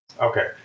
okay